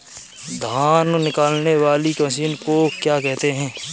धान निकालने वाली मशीन को क्या कहते हैं?